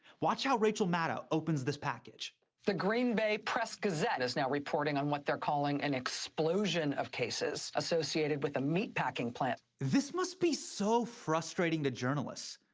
watch how rachel maddow opens this package. the green bay press gazette is now reporting on what they're calling an explosion of cases associated with a meatpacking plant. this must be so frustrating to journalists.